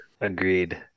Agreed